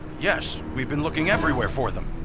yes, we've been looking everywhere for them.